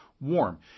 warm